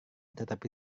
tetapi